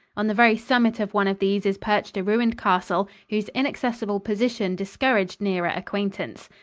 on the very summit of one of these is perched a ruined castle, whose inaccessible position discouraged nearer acquaintance.